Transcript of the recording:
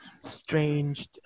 strange